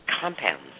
compounds